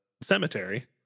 cemetery